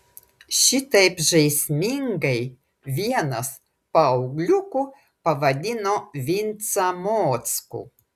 šitaip žaismingai vienas paaugliukų pavadino vincą mockų